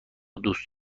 دوست